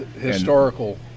Historical